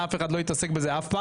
אף אחד לא התעסק בזה אף פעם.